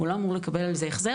הוא לא אמור לקבל על זה החזר,